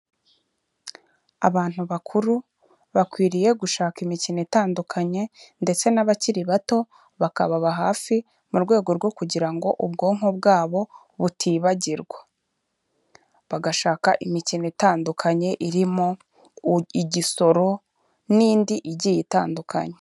Abantu bakuru bakwiriye gushaka imikino itandukanye ndetse n'abakiri bato bakababa hafi mu rwego rwo kugira ngo ubwonko bwabo butibagirwa, bagashaka imikino itandukanye irimo igisoro n'indi igiye itandukanye.